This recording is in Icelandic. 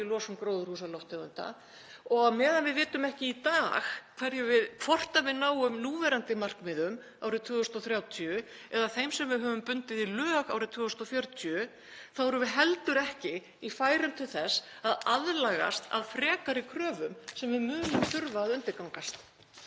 í losun gróðurhúsalofttegunda. Og á meðan við vitum ekki í dag hvort við náum núverandi markmiðum árið 2030 eða þeim sem við höfum bundið í lög árið 2040 þá erum við heldur ekki í færum til þess að aðlagast frekari kröfum sem við munum þurfa að undirgangast.